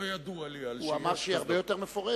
לא ידוע לי על, הוא אמר שהיא הרבה יותר מפורטת.